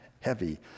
heavy